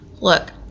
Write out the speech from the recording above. look